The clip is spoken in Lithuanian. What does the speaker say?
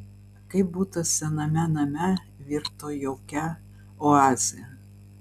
kaip butas sename name virto jaukia oaze